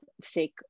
sick